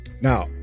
Now